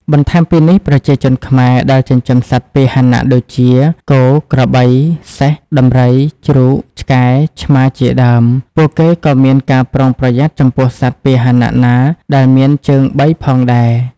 បន្ថែមពីនេះ ប្រជាជនខ្មែរដែលចិញ្ចឹមសត្វពាហនៈដូចជា គោ ក្របី សេះ ដំរី ជ្រូក ឆ្កែ ឆ្មា ជាដើម ពួកគេក៏មានការប្រុងប្រយ័ត្នចំពោះសត្វពាហនៈណាដែលមានជើងបីផងដែរ។